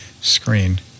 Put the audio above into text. screen